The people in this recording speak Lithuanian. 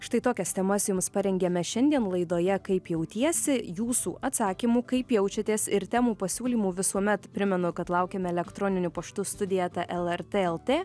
štai tokias temas jums parengėme šiandien laidoje kaip jautiesi jūsų atsakymų kaip jaučiatės ir temų pasiūlymų visuomet primenu kad laukiame elektroniniu paštu studija eta lrt lt